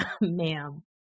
Ma'am